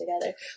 together